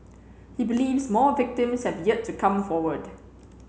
he believes more victims have yet to come forward